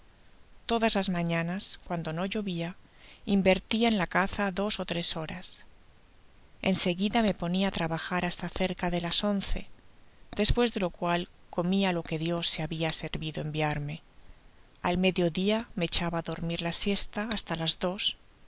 todas las mañanas cuando no llovia invertia en la caza dos ó tres horas en seguida me ponia á trabajar hasta cerca de las once despues de lo cual comia lo que dios se habia servido enviarme al medio dia me echaba á dormir la siesta hasta las dos